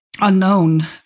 unknown